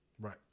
Right